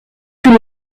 tout